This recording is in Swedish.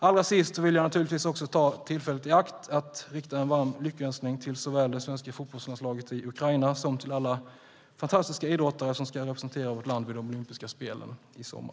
Allra sist vill jag naturligtvis också ta tillfället i akt att rikta en varm lyckönskning till såväl det svenska fotbollslandslaget i Ukraina som till alla fantastiska idrottare som ska representera vårt land vid de olympiska spelen i sommar.